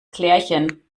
klärchen